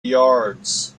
yards